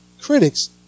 critics